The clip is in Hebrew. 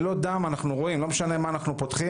אנחנו רואים שלא משנה מה אנחנו עושים,